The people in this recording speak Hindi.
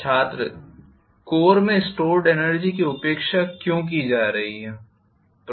छात्र कोर में स्टोर्ड एनर्जी की उपेक्षा क्यों की जा रही है